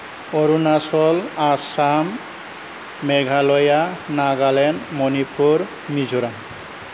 Arunachal Assam Meghalaya Nagaland Manipur Mizoram